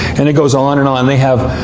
and it goes on and on. they have